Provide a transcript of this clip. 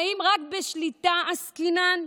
האם רק בשליטה עסקינן?